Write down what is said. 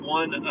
one